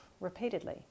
repeatedly